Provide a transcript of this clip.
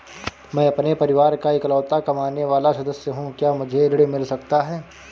मैं अपने परिवार का इकलौता कमाने वाला सदस्य हूँ क्या मुझे ऋण मिल सकता है?